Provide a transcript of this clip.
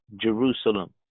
jerusalem